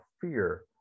fear